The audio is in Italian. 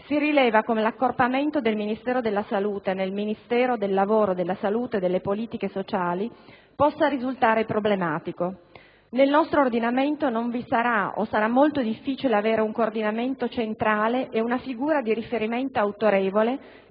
si rileva come l'accorpamento del Ministero della salute nel Ministero del lavoro, della salute e delle politiche sociali possa risultare assai problematico. Nel nostro ordinamento non vi sarà o sarò molto difficile avere un coordinamento centrale ed una figura di riferimento autorevole